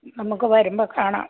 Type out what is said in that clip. നമുക്ക് വരുമ്പം കാണാം